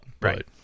Right